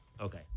Okay